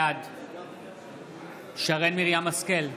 בעד שרן מרים השכל,